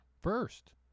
first